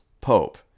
Pope